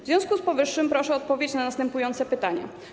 W związku z powyższym proszę o odpowiedź na następujące pytania.